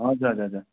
हजुर हजुर हजुर